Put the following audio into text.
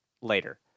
later